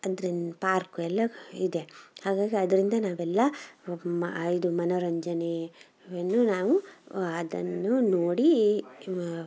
ಅಂದ್ರೆನು ಪಾರ್ಕು ಎಲ್ಲವು ಇದೆ ಹಾಗಾಗಿ ಅದರಿಂದ ನಾವೆಲ್ಲ ಮಾ ಇದು ಮನೋರಂಜನೆ ಅನ್ನು ನಾವು ಅದನ್ನು ನೋಡಿ